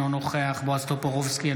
אינו נוכח בועז טופורובסקי,